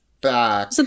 back